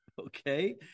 okay